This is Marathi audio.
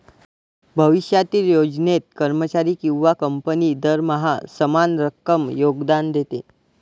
भविष्यातील योजनेत, कर्मचारी किंवा कंपनी दरमहा समान रक्कम योगदान देते